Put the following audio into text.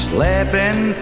Slipping